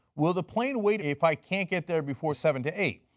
will the plane wait if i can't get there before seven to eight.